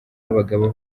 abagabo